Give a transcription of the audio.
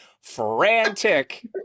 frantic